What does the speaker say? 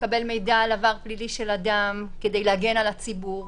לקבל מידע על עבר פלילי של אדם כדי להגן על הציבור,